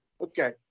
Okay